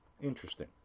Interesting